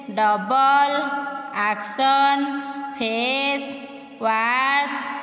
double action face wash